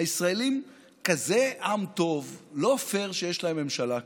הישראלים כזה עם טוב, לא פייר שיש להם ממשלה כזאת.